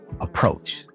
approach